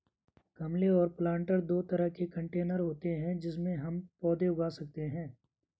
गमले और प्लांटर दो तरह के कंटेनर होते है जिनमें हम पौधे उगा सकते है